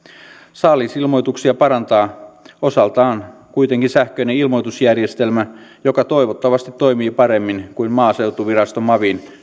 saalisilmoituksia parantaa osaltaan kuitenkin sähköinen ilmoitusjärjestelmä joka toivottavasti toimii paremmin kuin maaseutuvirasto mavin